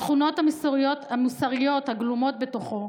התכונות המוסריות הגלומות בתוכו,